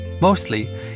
Mostly